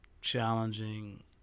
challenging